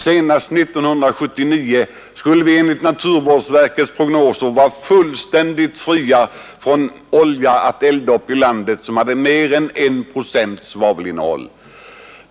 Senast 1979 skall vi enligt naturvårdsverkets prognoser vara fullständigt befriade från att elda med olja med mer än 1 procent svavel.